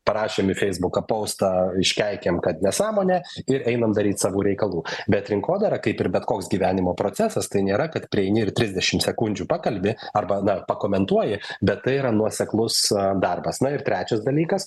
parašėm į feisbuką paustą iškeikėm kad nesąmonė ir einam daryt savų reikalų bet rinkodara kaip ir bet koks gyvenimo procesas tai nėra kad prieini ir trisdešim sekundžių pakalbi arba na pakomentuoji bet tai yra nuoseklus darbas na ir trečias dalykas